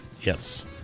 Yes